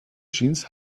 jeans